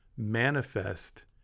Manifest